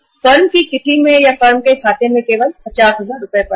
firm की kitty में या फर्म के खाते में केवल 50000 रुपए पड़े हैं